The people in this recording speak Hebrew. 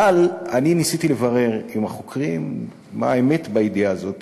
אבל אני ניסיתי לברר עם החוקרים מה האמת בידיעה הזאת,